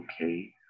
okay